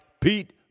Pete